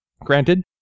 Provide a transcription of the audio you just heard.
granted